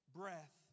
breath